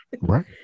Right